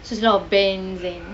so it's not a